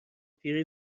پیری